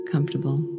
comfortable